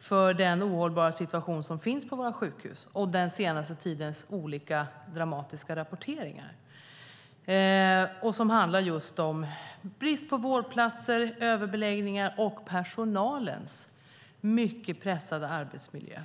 för den ohållbara situation som finns på våra sjukhus och för den senaste tidens olika dramatiska rapporteringar, som handlar om brist på vårdplatser, överbeläggningar och personalens mycket pressade arbetsmiljö.